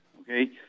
Okay